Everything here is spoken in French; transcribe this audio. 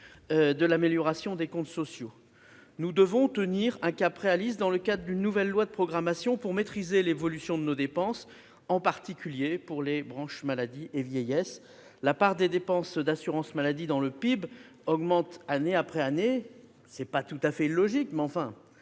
de l'amélioration des comptes sociaux. Nous devons maintenir un objectif réaliste dans le cadre d'une nouvelle loi de programmation pour maîtriser l'évolution de nos dépenses, en particulier pour les branches maladie et vieillesse. La part des dépenses d'assurance maladie dans le PIB augmente année après année- ce n'est pas tout à fait illogique, mais il